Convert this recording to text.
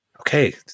okay